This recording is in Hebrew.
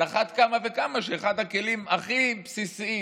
על אחת כמה וכמה שאחד הכלים הכי בסיסיים